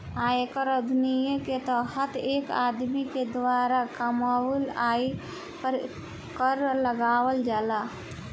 आयकर अधिनियम के तहत एक आदमी के द्वारा कामयिल आय पर कर लगावल जाला